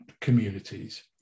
communities